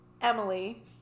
Emily